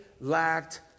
lacked